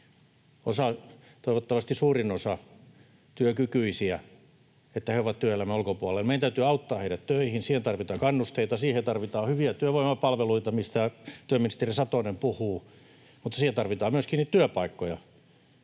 toivottavasti suurin osa, työkykyisiä. Meidän täytyy auttaa heidät töihin. Siihen tarvitaan kannusteita, ja siihen tarvitaan hyviä työvoimapalveluita, mistä työministeri Satonen puhuu, mutta siihen tarvitaan myöskin niitä työpaikkoja